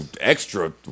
extra